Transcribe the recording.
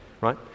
right